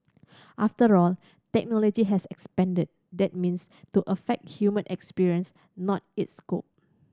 after all technology has expanded that means to affect human experience not its scope